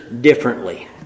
differently